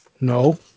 No